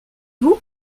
vous